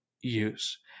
use